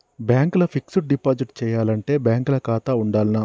Bank ల fixed deposit చేయాలంటే bank ల ఖాతా ఉండాల్నా?